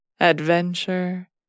adventure